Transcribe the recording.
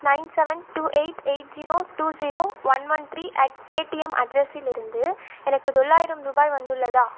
nine seven two eight eight zero two zero one one three at Paytm அட்ரஸிலிருந்து எனக்கு தொள்ளாயிரம் ரூபாய் வந்துள்ளதா